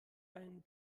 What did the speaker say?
ein